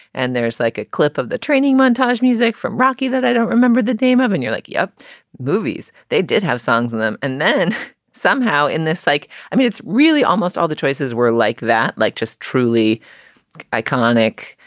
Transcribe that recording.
and there's like a clip of the training montage music from rocky that i don't remember the name of. and you're like. yeah movies they did have songs in them. and then somehow in this like i mean, it's really almost all the choices were like that. like, just truly iconic.